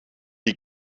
die